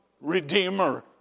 Redeemer